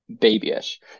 babyish